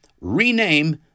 rename